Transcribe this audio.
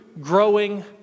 growing